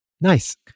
Nice